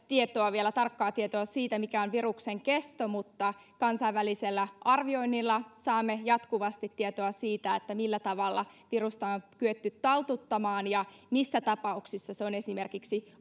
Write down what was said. vielä tarkkaa tietoa siitä mikä on viruksen kesto mutta kansainvälisellä arvioinnilla saamme jatkuvasti tietoa siitä millä tavalla virusta on kyetty taltuttamaan ja missä tapauksissa se on esimerkiksi